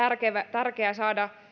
tärkeä saada